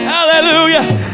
hallelujah